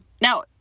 Now